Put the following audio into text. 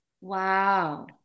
Wow